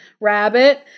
Rabbit